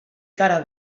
cara